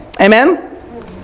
Amen